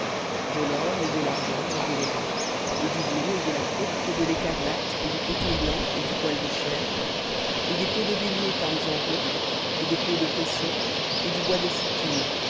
de l'or et de l'argent et de lairain et du bleu et de la pourpre et de l'écarlate et du coton blanc et du poil de chèvre et des peaux de béliers teintes en rouge et des peaux de taissons et du bois de